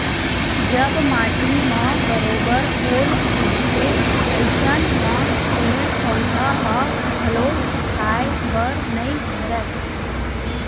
जब माटी म बरोबर ओल रहिथे अइसन म पेड़ पउधा ह घलो सुखाय बर नइ धरय